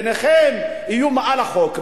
יהיו מעל לחוק.